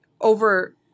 over